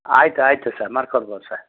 ಆಯ್ತು ಆಯಿತು ಸರ್ ಮಾಡ್ಕೊಡ್ಬೋದು ಸರ್